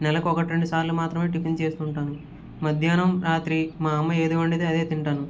నెలకు ఒకటి రెండు సార్లు మాత్రమే టిఫిన్ చేస్తూ ఉంటాను మధ్యాహ్నం రాత్రి మా అమ్మ ఏది వండితే అదే తింటాను